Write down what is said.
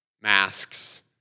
masks